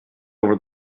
over